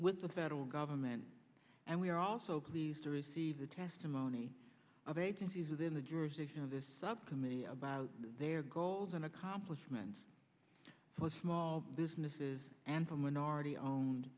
with the federal government and we also pleased to receive the testimony of agencies within the jurisdiction of this subcommittee about their goals and accomplishments for small businesses and for minority owned